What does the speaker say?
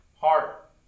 heart